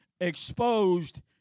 exposed